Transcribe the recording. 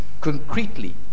concretely